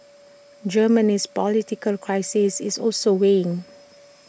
Germany's political crisis is also weighing